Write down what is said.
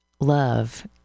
Love